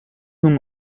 whom